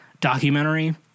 documentary